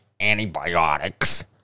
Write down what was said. Antibiotics